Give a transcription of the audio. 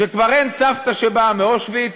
כשכבר אין סבתא שבאה מאושוויץ,